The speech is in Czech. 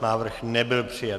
Návrh nebyl přijat.